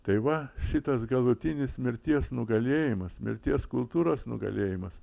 tai va šitas galutinis mirties nugalėjimas mirties kultūros nugalėjimas